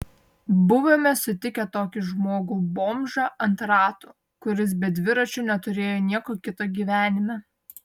buvome sutikę tokį žmogų bomžą ant ratų kuris be dviračio neturėjo nieko kito gyvenime